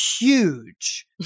huge